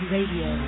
Radio